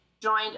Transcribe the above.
joined